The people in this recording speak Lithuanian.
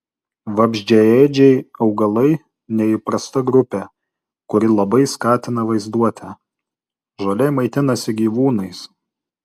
vabzdžiaėdžiai augalai neįprasta grupė kuri labai skatina vaizduotę žolė maitinasi gyvūnais